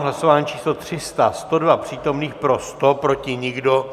Hlasování číslo 300, 102 přítomných, pro 100, proti nikdo.